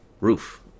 roof